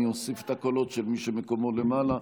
אני אוסיף את הקולות של מי שמקומו למעלה.